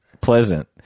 pleasant